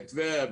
בטבריה,